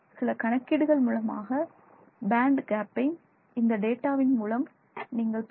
சில கணக்கீடுகள் மூலமாக பேண்ட் கேப்பை இந்த டேட்டாவின் மூலம் நீங்கள் பெறலாம்